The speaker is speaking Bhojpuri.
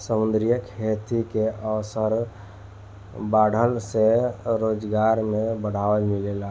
समुंद्री खेती के अवसर बाढ़ला से रोजगार में बढ़ावा मिलेला